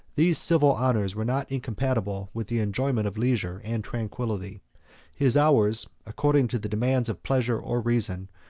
these civil honors were not incompatible with the enjoyment of leisure and tranquillity his hours, according to the demands of pleasure or reason,